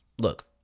Look